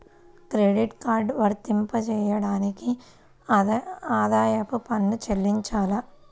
Credit card వర్తింపజేయడానికి ఆదాయపు పన్ను చెల్లించాలా?